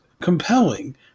compelling